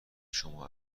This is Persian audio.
شما